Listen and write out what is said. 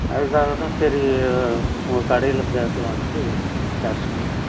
அதுக்காகத்தான் சரி உங்கள் கடையில கேட்கலான்ட் விசாரிச்சிட்டு இருக்கேன்